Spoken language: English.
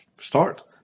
start